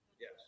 yes